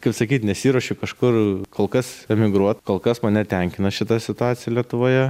kaip sakyt nesiruošiu kažkur kol kas emigruot kol kas mane tenkina šita situacija lietuvoje